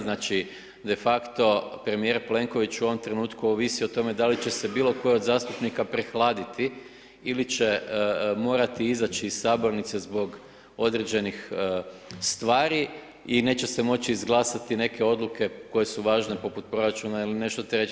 Znači de facto premijer Plenković u ovom trenutku ovisi o tome da li će se bilo tko od zastupnika prehladiti ili će morati izaći iz sabornice zbog određenih stvari i neće se moći izglasati neke odluke koje su važne poput proračuna ili nešto treće.